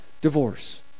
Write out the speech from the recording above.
divorce